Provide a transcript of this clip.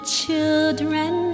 children